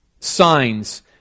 Signs